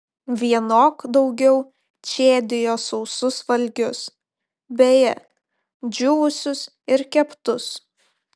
vienok daugiau čėdijo sausus valgius beje džiūvusius ir keptus